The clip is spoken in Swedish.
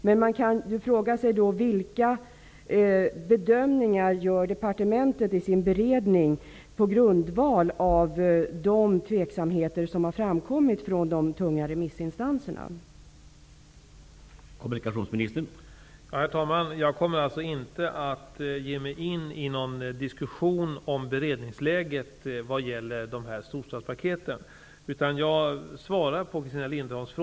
Men man kan fråga sig vilka bedömningar departementet gör i sin beredning på grundval av de tveksamheter som de tunga remissinstanserna har framfört.